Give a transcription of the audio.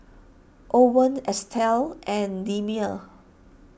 Owens Estelle and Delmer